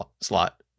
slot